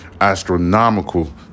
astronomical